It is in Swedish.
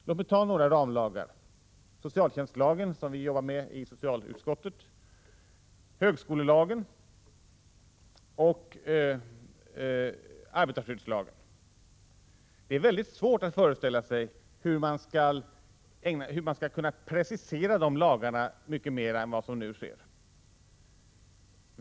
Låt mig ta några ramlagar: socialtjänstlagen, som vi jobbar med i socialutskottet, högskolelagen och arbetarskyddslagen. Det är väldigt svårt att föreställa sig hur man skall kunna precisera de lagarna mycket mera än vad som nu sker.